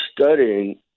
studying